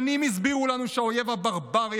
שנים הסבירו לנו שהאויב הברברי,